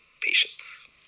patients